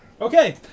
Okay